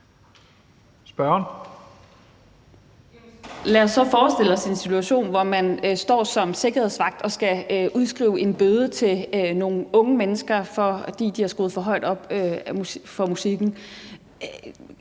Så lad os forestille os en situation, hvor man står som sikkerhedsvagt og skal udskrive en bøde til nogle unge mennesker, fordi de har skruet for højt op for musikken.